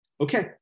Okay